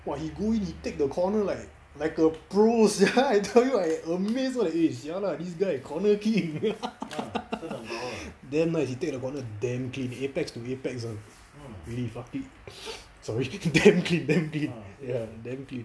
!wah! he go in he take the corner like like a pro sia I tell you I amazed eh sia lah this guy corner king damn nice he take the corner damn clean apex to apex [one] really fucking sorry damn clean damn clean ya damn clean